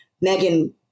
Megan